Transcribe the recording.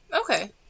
Okay